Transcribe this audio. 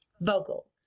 vocal